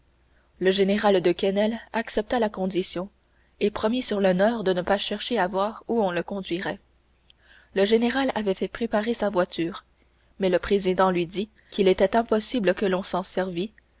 le général de quesnel accepta la condition et promit sur l'honneur de ne pas chercher à voir où on le conduirait le général avait fait préparer sa voiture mais le président lui dit qu'il était impossible que l'on s'en servît